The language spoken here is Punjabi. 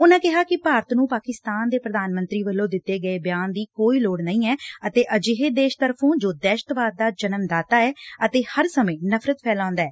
ਉਨਾਂ ਕਿ ਭਾਰਤ ਨੂੰ ਪਾਕਿਸਤਾਨ ਦੇ ਪ੍ਰਧਾਨ ਮੰਤਰੀ ਵਲੋਂ ਦਿੱਤੇ ਗਏ ਬਿਆਨ ਦੀ ਕੋਈ ਲੋਤ ਨਹੀਂ ਐ ਅਤੇ ਅਜਿਹੇ ਦੇਸ਼ ਤਰਫੌਂ ਜੋ ਦਹਿਸ਼ਤਵਾਦ ਦਾ ਜਨਮਦਾਤਾ ਐ ਅਤੇ ਹਰ ਸਮੇਂ ਨਫਰਤ ਫੈਲਾਉਂਦਾ ਐ